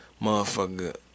motherfucker